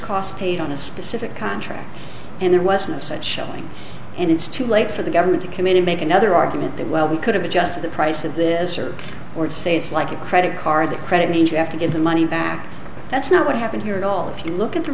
cost paid on a specific contract and there was no such showing and it's too late for the government to community make another argument that well we could have adjusted the price of the service or to say it's like a credit card that credit means you have to give the money back that's not what happened here at all if you look at the